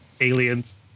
aliens